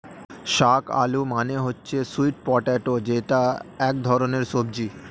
শাক আলু মানে হচ্ছে স্যুইট পটেটো যেটা এক ধরনের সবজি